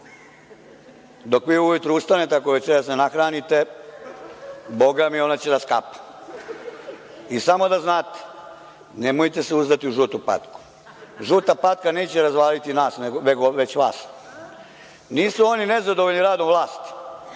Dok vi ujutru ustanete, ako je večeras ne nahranite, bogami, ona će da skapa. I samo da znate, nemojte se uzdati u žutu patku. Žuta patka neće razvaliti nas, već vas. Nisu oni nezadovoljni radom vlasti,